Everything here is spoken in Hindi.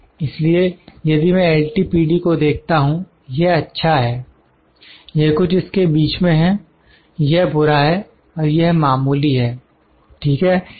इसलिए यदि मैं एल टी पी डी को देखता हूं यह अच्छा है यह कुछ इसके बीच में हैं यह बुरा है और यह मामूली है ठीक है